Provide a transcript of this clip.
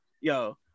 yo